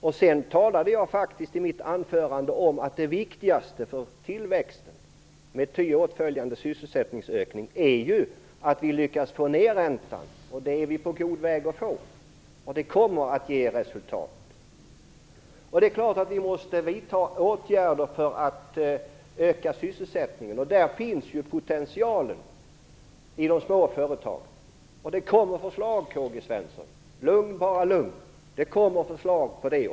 Jag talade faktiskt i mitt anförande om att det viktigaste för tillväxten, med ty åtföljande sysselsättningsökning, är att vi lyckas få ned räntan, och det är vi på god väg att få. Det kommer att ge resultat. Det är klart att vi måste vidta åtgärder för att öka sysselsättningen, och potentialen för detta finns i de små företagen. Det kommer förslag på det området, K-G Svenson - var lugn för det!